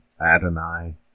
Adonai